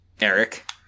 Eric